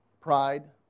Pride